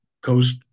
coast